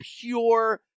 pure